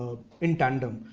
in tandem.